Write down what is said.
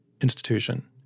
institution